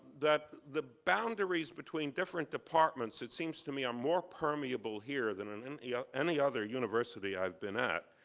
that the boundaries between different departments, it seems to me, are more permeable here than um in yeah any other university i've been at.